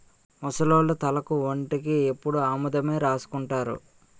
ముసలోళ్లు తలకు ఒంటికి ఎప్పుడు ఆముదమే రాసుకుంటారు